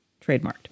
trademarked